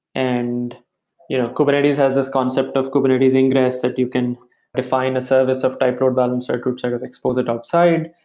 and you know kubernetes has this concept of kubernetes ingress that you can refine a service of type load balancer or group check and expose it outside.